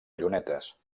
llunetes